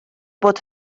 bod